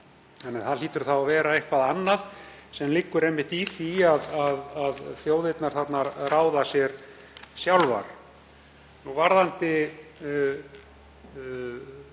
Það hlýtur þá að vera eitthvað annað sem liggur einmitt í því að þjóðirnar þarna ráða sér sjálfar. Varðandi